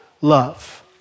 love